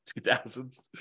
2000s